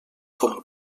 com